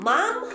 Mom